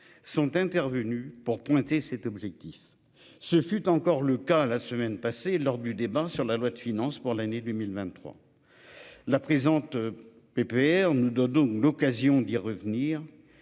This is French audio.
sont intervenus pour pointer cet objectif. Ce fut encore le cas la semaine passée lors du débat sur la loi de finances pour l'année 2023. La présente. PPR nous dodo. L'occasion d'y revenir.